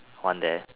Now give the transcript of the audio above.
one there